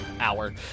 hour